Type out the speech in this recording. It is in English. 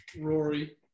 Rory